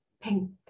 pink